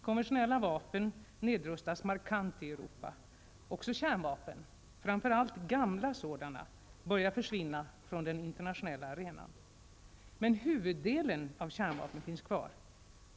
Konventionella vapen nedrustas markant i Europa. Också kärnvapen -- framför allt gamla sådana -- börjar försvinna från den internationella arenan. Men huvuddelen av kärnvapen finns kvar.